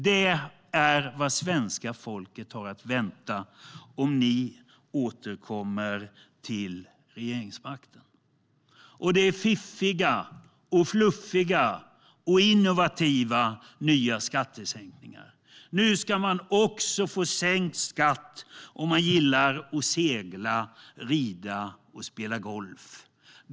Det är vad svenska folket har att vänta om ni återkommer till regeringsmakten. Det är fiffiga, fluffiga och innovativa nya skattesänkningar. Nu ska man också få sänkt skatt om man gillar att segla, rida och spela golf.